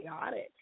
chaotic